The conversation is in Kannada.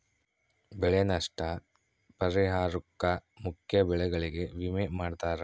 ಬೆಳೆ ನಷ್ಟ ಪರಿಹಾರುಕ್ಕ ಮುಖ್ಯ ಬೆಳೆಗಳಿಗೆ ವಿಮೆ ಮಾಡ್ತಾರ